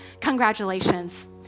Congratulations